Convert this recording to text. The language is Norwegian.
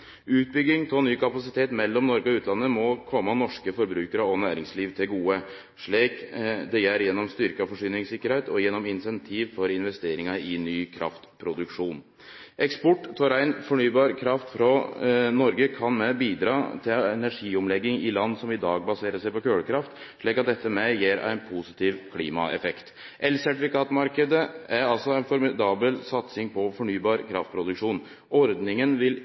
Utbygging av ny kapasitet mellom Noreg og utlandet må kome norske forbrukarar og næringslivet til gode, slik det gjer gjennom styrkt forsyningssikkerheit og gjennom incentiv for investeringar i ny kraftproduksjon. Eksport av rein fornybar kraft frå Noreg kan også bidra til ei energiomlegging i land som i dag baserer seg på kolkraft, slik at dette òg gir ein positiv klimaeffekt. Elsertifikatmarknaden er altså ei formidabel satsing på fornybar kraftproduksjon. Ordninga vil